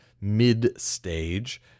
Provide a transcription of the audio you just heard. mid-stage